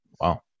Wow